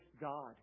God